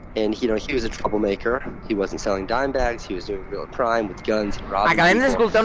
and he he was a troublemaker. he wasn't selling dime bags. he was doing real crimes with guns and robbing people.